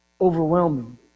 overwhelming